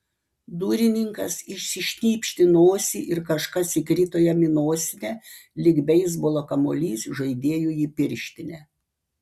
durininkas išsišnypštė nosį ir kažkas įkrito jam į nosinę lyg beisbolo kamuolys žaidėjui į pirštinę